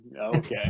okay